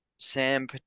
Sam